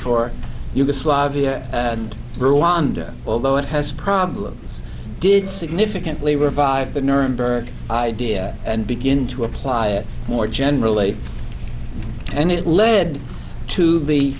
for yugoslavia and rwanda although it has problems did significantly revive the nuremberg idea and begin to apply it more generally